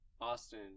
Austin